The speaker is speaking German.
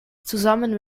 zusammen